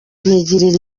nigirira